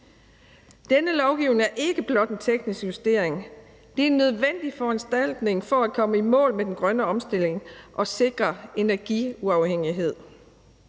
Denne lovgivning er ikke blot en teknisk justering. Det er en nødvendig foranstaltning for at komme i mål med den grønne omstilling og sikre energiuafhængighed.